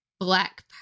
black